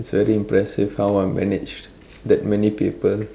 is very impressive how I managed that many people